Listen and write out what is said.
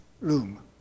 room